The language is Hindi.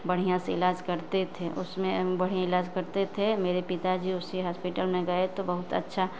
बढ़िया से इलाज़ करते थे उसमें बढ़िया इलाज़ करते थे मेरे पिताजी उसी हॉस्पिटल में गये थे बहुत अच्छा